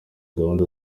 gahunda